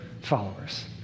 followers